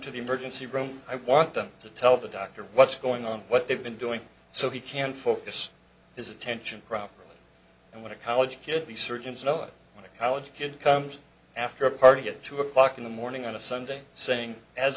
to the emergency room i want them to tell the doctor what's going on what they've been doing so he can focus his attention properly and when a college kid the surgeons know when a college kid comes after a party at two o'clock in the morning on a sunday saying as